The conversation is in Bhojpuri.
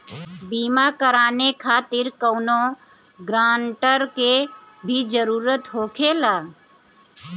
बीमा कराने खातिर कौनो ग्रानटर के भी जरूरत होखे ला?